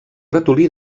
ratolí